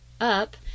up